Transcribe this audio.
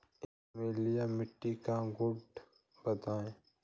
अम्लीय मिट्टी का गुण बताइये